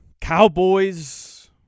Cowboys